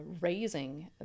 raising